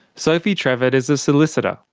sophie trevitt is a solicitor.